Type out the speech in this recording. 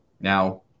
Now